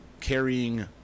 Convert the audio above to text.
carrying